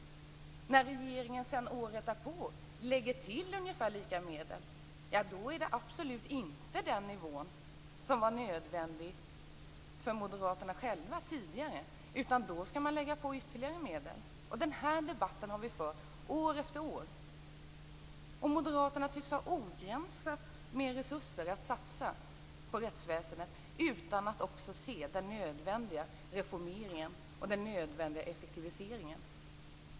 När regeringen sedan året därpå lägger till ungefär lika mycket medel, ja, då räcker det absolut inte med den nivå som var nödvändig för moderaterna själva tidigare, utan då skall man lägga på ytterligare medel. Den här debatten har vi fört år efter år, och Moderaterna tycks ha obegränsat med resurser att satsa på rättsväsendet, utan att också se den nödvändiga reformeringen och den nödvändiga effektiviseringen.